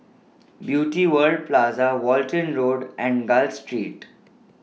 Beauty World Plaza Walton Road and Gul Street